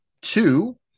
two